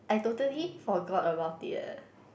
I totally forgot about it eh